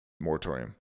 Moratorium